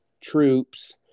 troops